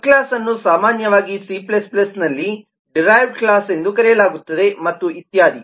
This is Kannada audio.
ಸಬ್ ಕ್ಲಾಸ್ಅನ್ನು ಸಾಮಾನ್ಯವಾಗಿ ಸಿC ನಲ್ಲಿ ಡಿರೈವ್ಡ್ ಕ್ಲಾಸ್ ಎಂದು ಕರೆಯಲಾಗುತ್ತದೆ ಮತ್ತು ಇತ್ಯಾದಿ